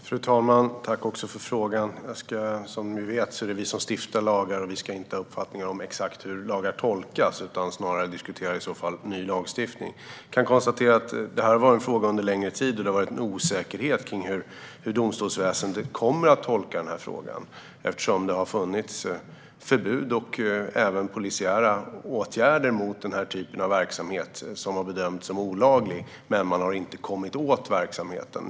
Fru talman! Tack för frågan! Som vi vet är det vi som stiftar lagar, och vi ska inte ha uppfattningar om exakt hur lagar tolkas utan snarare diskutera ny lagstiftning. Jag kan konstatera att detta har varit en fråga under en längre tid, och det har varit en osäkerhet kring hur domstolsväsendet kommer att tolka frågan, eftersom det har funnits förbud och även polisiära åtgärder mot denna typ av verksamhet. Verksamheten har bedömts som olaglig, men man har inte kommit åt den.